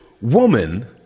woman